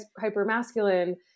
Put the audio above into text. hyper-masculine